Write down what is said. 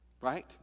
right